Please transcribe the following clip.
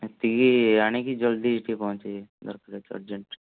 ଏତିକି ଆଣିକି ଜଲ୍ଦି ଟିକିଏ ପହଞ୍ଚେଇବେ ଦରକାର ଅଛି ଅରଜେଣ୍ଟ